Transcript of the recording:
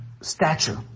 stature